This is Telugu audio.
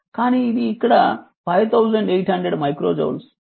కానీ ఇది ఇక్కడ 5800 మైక్రో జౌల్స్